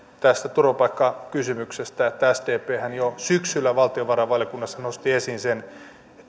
turvapaikkakysymyksestä että sdphän jo syksyllä valtiovarainvaliokunnassa nosti esiin sen että